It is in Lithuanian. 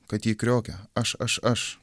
kad ji kriokia aš aš aš